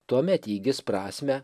tuomet ji įgis prasmę